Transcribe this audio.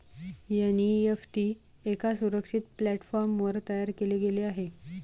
NEFT एका सुरक्षित प्लॅटफॉर्मवर तयार केले गेले आहे